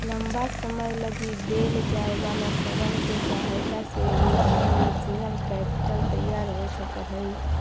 लंबा समय लगी देल जाए वाला ऋण के सहायता से भी फाइनेंशियल कैपिटल तैयार हो सकऽ हई